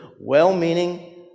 well-meaning